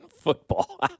football